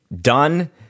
done